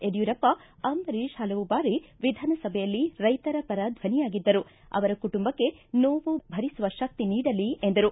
ಯಡ್ಕೂರಪ್ಪ ಅಂಬರೀಷ್ ಹಲವು ಬಾರಿ ವಿಧಾನಸಭೆಯಲ್ಲಿ ರೈತರ ಪರ ಧ್ವನಿಯಾಗಿದ್ದರು ಅವರ ಕುಟುಂಬಕ್ಕೆ ನೋವು ಭರಿಸುವ ಶಕ್ತಿ ನೀಡಲಿ ಎಂದರು